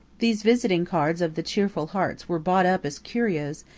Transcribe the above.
these visiting cards of the cheerful hearts were bought up as curios,